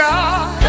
God